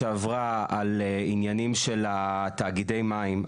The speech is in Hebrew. שעברה על עניינים של תאגידי המים,